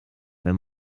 wenn